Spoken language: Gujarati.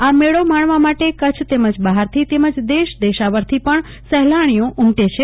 આ મેળો માણવા માટે કચ્છ તેમજ બહારથી તેમજ દેશ દેશાવરથી પણ સહેલાણીઓ ઉમટે છે